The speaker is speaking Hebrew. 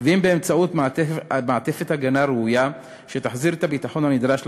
ואם באמצעות מעטפת הגנה ראויה שתחזיר את הביטחון הנדרש לתושבים,